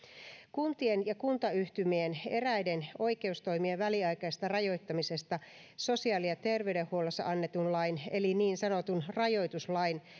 kuntien ja kuntayhtymien eräiden oikeustoimien väliaikaisesta rajoittamisesta sosiaali ja terveydenhuollossa annetun lain eli niin sanotun rajoituslain